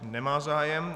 Nemá zájem.